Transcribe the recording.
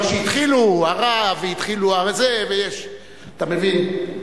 אבל כשהתחילו "הרב" והתחילו זה, אתה מבין?